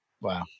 Wow